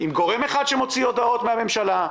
עם גורם אחד שמוציא הודעות מן הממשלה,